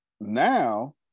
now